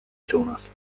suunas